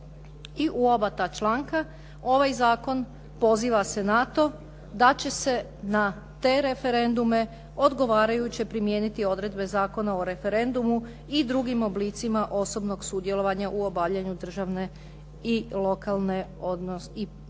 i u oba ta članka ovaj zakon poziva se na to da će se na te referendume odgovarajuće primijeniti odredbe Zakona o referendumu i drugim oblicima osobnog sudjelovanja u obavljanju državne i lokalne područne